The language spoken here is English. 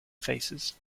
faces